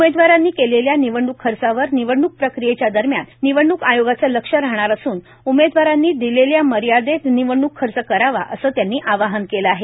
उमेदवारांनी केलेल्या निवडणूक खर्चावर निवडणूक प्रक्रियेच्या दरम्यान निवडणूक आयोगाचं लक्ष राहणार असून उमेदवारांनी दिलेल्या मर्यादेत निवडणूक खर्च करावा असं त्यांनी आवाहन केलं आहे